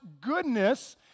goodness